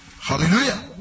Hallelujah